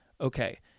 Okay